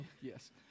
yes